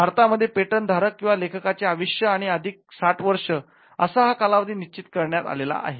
भारतामध्ये पेटंट धारक किंवा लेखकाचे आयुष्य आणि अधिक साठ वर्ष असा हा कालावधी निश्चित करण्यात आलेला आहे